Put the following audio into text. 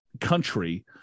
country